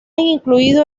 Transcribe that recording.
incluido